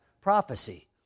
prophecy